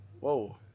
Whoa